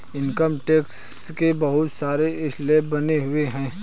income tax के बहुत सारे स्लैब बने हुए हैं